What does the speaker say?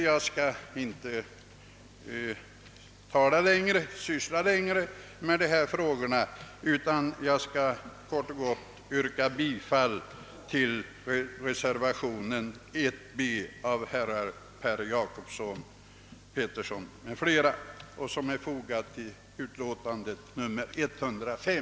Jag skall inte tala längre om dessa frågor utan bara kort och gott yrka bifall till reservationen 1 b av herr Jacobsson m.fl. vid utskottets utlåtande nr 105.